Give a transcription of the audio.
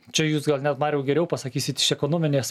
čia jūs gal net mariau geriau pasakysit iš ekonominės